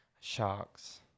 Sharks